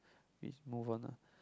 please move on lah